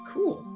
Cool